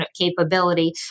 capability